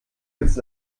jetzt